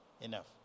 Enough